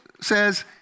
says